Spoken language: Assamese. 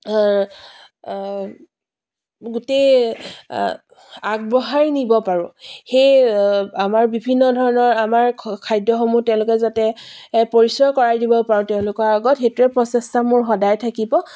গোটেই আগবঢ়াই নিব পাৰোঁ সেই আমাৰ বিভিন্ন ধৰণৰ আমাৰ খাদ্যসমূহ তেওঁলোকে যাতে পৰিচয় কৰাই দিব পাৰোঁ তেওঁলোকৰ আগত সেইটোৱে প্ৰচেষ্টা মোৰ সদায় থাকিব